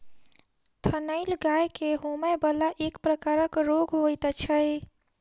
थनैल गाय के होमय बला एक प्रकारक रोग होइत छै